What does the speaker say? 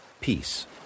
Peace